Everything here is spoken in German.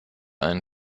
ein